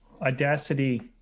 audacity